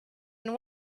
and